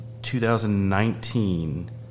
2019